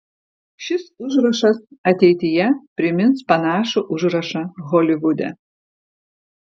šis užrašas ateityje primins panašų užrašą holivude